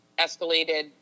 escalated